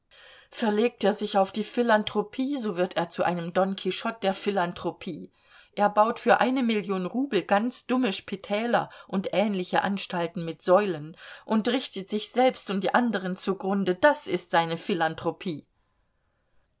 verlegt er sich auf philanthropie so wird er zu einem don quichotte der philanthropie er baut für eine million rubel ganz dumme spitäler und ähnliche anstalten mit säulen und richtet sich selbst und die anderen zugrunde das ist seine philanthropie